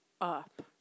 up